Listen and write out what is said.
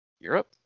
Europe